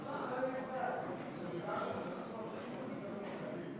פטור חתן משירות מילואים),